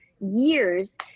years